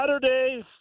Saturdays